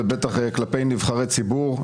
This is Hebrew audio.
ובטח כלפי נבחרי ציבור,